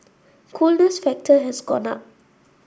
coolness factor has gone up